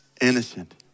innocent